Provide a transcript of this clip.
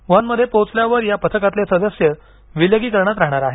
वूहानमध्ये पोहोचल्यावर या पथकातले सदस्य विलगीकरणात राहणार आहेत